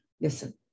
Listen